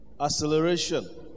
acceleration